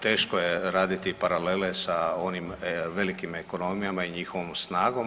Teško je raditi paralele sa onim velikim ekonomijama i njihovom snagom.